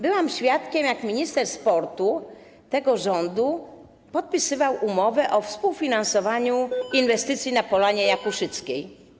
Byłam świadkiem, jak minister sportu tego rządu podpisywał umowę o współfinansowanie inwestycji na Polanie Jakuszyckiej.